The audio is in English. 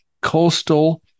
Coastal